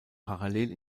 parallel